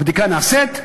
הבדיקה נעשית,